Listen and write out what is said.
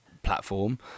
platform